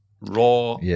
raw